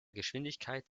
geschwindigkeiten